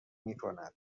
میکند